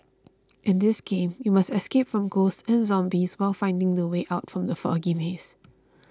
in this game you must escape from ghosts and zombies while finding the way out from the foggy maze